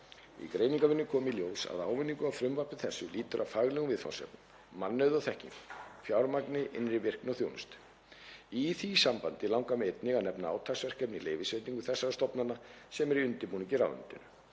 Í greiningarvinnu kom í ljós að ávinningur af frumvarpi þessu lýtur að faglegum viðfangsefnum, mannauði og þekkingu, fjármagni, innri virkni og þjónustu. Í því sambandi langar mig einnig að nefna átaksverkefni í leyfisveitingum þessara stofnana, sem er í undirbúningi í ráðuneytinu.